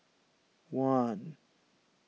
one